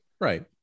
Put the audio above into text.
right